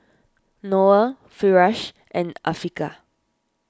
Noah Firash and Afiqah